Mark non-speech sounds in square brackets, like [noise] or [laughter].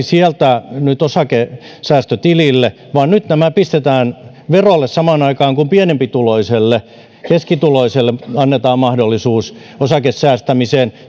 [unintelligible] sieltä osakesäästötilille vaan nyt nämä pistetään verolle samaan aikaan kun pienempituloiselle keskituloiselle annetaan mahdollisuus osakesäästämiseen [unintelligible]